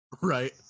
Right